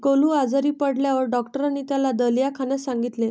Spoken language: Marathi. गोलू आजारी पडल्यावर डॉक्टरांनी त्याला दलिया खाण्यास सांगितले